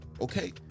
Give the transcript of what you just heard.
okay